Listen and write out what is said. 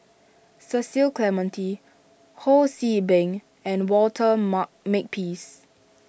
Cecil Clementi Ho See Beng and Walter Mark Makepeace